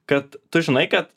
kad tu žinai kad